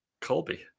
colby